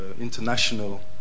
international